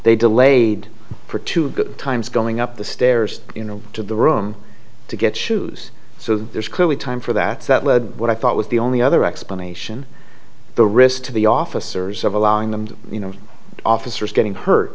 they delayed for two good times going up the stairs you know to the room to get shoes so there's clearly time for that what i thought was the only other explanation the risk to the officers of allowing them to you know officers getting h